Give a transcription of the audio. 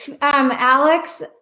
Alex